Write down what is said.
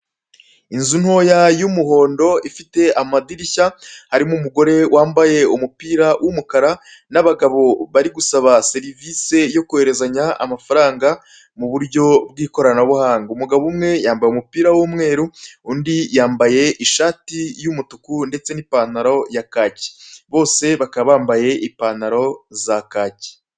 Inzu ntoya y'umuhondo ifite amadirishya, harimo umugore wambaye umupira w'umukara n'abagabo bari gusaba serivise yo koherezanya amafaranga mu buryo bw'ikoranabuhanga. Umugabo umwe yambaye umupira w'umweru, undi yambaye ishati y'umutuku ndetse n'ipantaro ya kaki, bose bakaba bambaye ipantaro za kaki.